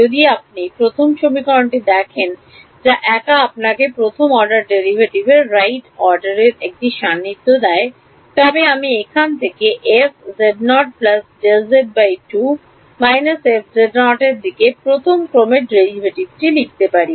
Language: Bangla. যদি আপনি প্রথম সমীকরণটি দেখেন যা একা আপনাকে প্রথম অর্ডার ডেরিভেটিভ রাইটের জন্য একটি সান্নিধ্য দেয় তবে আমি এখান থেকে এর দিক থেকে প্রথম ক্রম ডেরাইভেটিভ লিখতে পারি